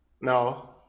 No